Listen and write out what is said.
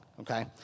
okay